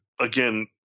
again